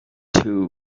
two